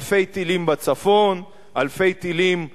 אלפי טילים בצפון, אלפי טילים בדרום.